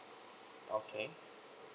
okay